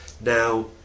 Now